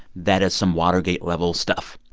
that is some watergate-level stuff.